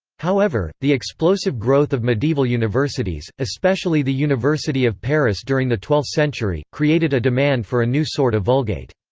however, the explosive growth of medieval universities, especially the university of paris during the twelfth century, created a demand for a new sort of vulgate.